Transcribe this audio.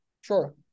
Sure